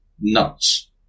NUTS